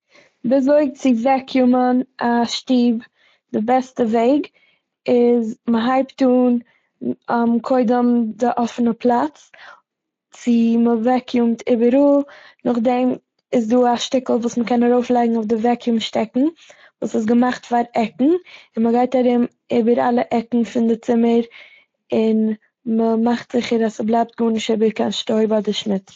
וויזוי צו וועקיומען א שטוב די בעסטע וועג איז מ'הייבט אן מ'- קודם די אפענע פלאץ, צו- מ'וועקיומט איבעראל. נאכדעם איז דא א שטיקל וואס מ'קען ארויפלייגן אויף די וועקיום שטעקן וואס איז געמאכט פאר עקן און מ'גייט ארום איבער אלע עקן פון די צימער און מ'מאכט זיכער אז ס'בלייבט גארנישט איבער קיין שטויב אדער שמו-